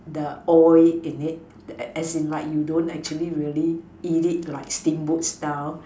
the oil in it as as in like you don't actually really eat it like steamboat style